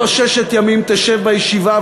לא ששת ימים תשב בישיבה,